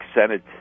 senate